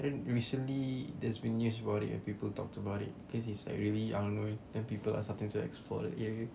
then recently there's been news about it where people talk about it place it's like really unknown then people got something to explore that area